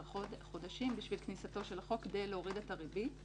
חודשים לכניסתו של החוק כדי להוריד את הריבית,